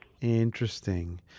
Interesting